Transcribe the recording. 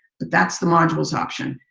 but that's the module's option.